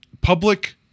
public